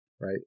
right